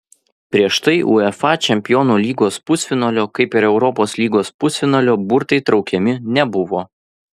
prieš tai uefa čempionų lygos pusfinalio kaip ir europos lygos pusfinalio burtai traukiami nebuvo